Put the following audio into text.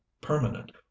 permanent